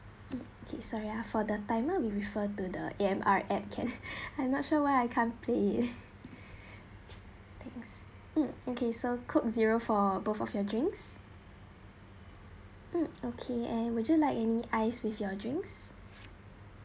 mm okay we have for the timer we refer to the A_M_R app can I'm not sure where I can't play it thanks okay so coke zero for both of your drinks okay and would you like any ice with your drinks